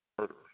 murder